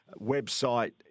website